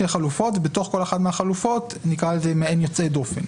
בתוך כל אחת מהחלופות יש מה שנקרא מעין יוצאי דופן,